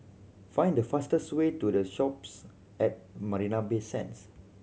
find the fastest way to The Shoppes at Marina Bay Sands